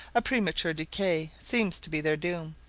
a premature decay seems to be their doom.